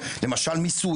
למשל מיסוי,